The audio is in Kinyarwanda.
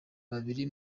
kabiri